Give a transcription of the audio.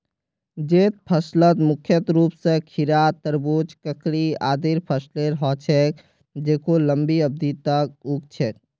जैद फसलत मुख्य रूप स खीरा, तरबूज, ककड़ी आदिर फसलेर ह छेक जेको लंबी अवधि तक उग छेक